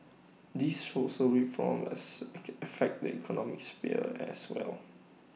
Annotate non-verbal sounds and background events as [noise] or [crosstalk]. these social reforms [unintelligible] affect the economic sphere as well